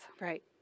Right